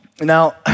Now